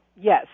yes